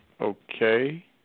Okay